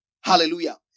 Hallelujah